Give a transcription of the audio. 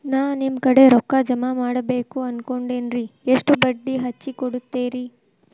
ನಾ ನಿಮ್ಮ ಕಡೆ ರೊಕ್ಕ ಜಮಾ ಮಾಡಬೇಕು ಅನ್ಕೊಂಡೆನ್ರಿ, ಎಷ್ಟು ಬಡ್ಡಿ ಹಚ್ಚಿಕೊಡುತ್ತೇರಿ?